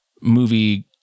movie